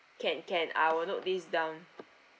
can can I will note this down